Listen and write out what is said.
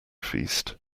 feast